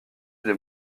des